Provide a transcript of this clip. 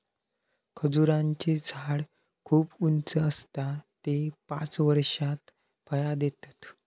खजूराचें झाड खूप उंच आसता ते पांच वर्षात फळां देतत